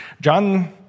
John